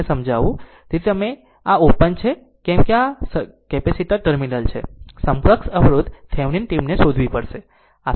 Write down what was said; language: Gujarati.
તેથી જેમ કે આ ઓપન છે કેમ કે આ કેપેસિટર ટર્મિનલ છે સમકક્ષ અવરોધ થેવેનિન ટીમને શોધવી પડશે